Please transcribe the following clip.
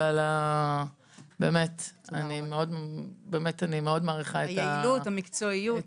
אני מאוד מעריכה -- את היעילות, את המקצועיות.